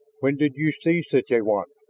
when did you see such a one?